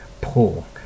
pull